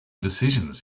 decisions